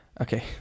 okay